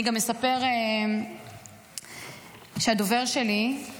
אני גם אספר שהדובר שלי,